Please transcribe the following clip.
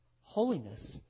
Holiness